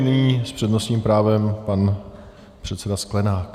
Nyní s přednostním právem pan předseda Sklenák.